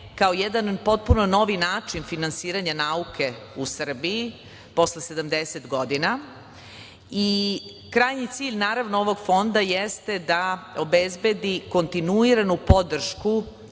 kao jedan potpuno novi način finansiranja nauke u Srbiji, posle 70 godina i krajnji cilj ovog Fonda jeste da obezbedi kontinuiranu podršku